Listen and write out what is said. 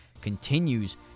continues